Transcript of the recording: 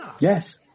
Yes